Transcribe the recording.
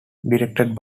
directed